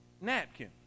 napkin